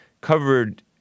covered